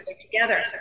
together